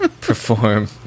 perform